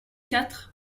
quatre